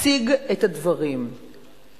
הציג את הדברים בצורה